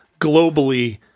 globally